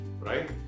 right